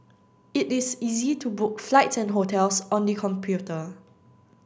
it is easy to book flights and hotels on the computer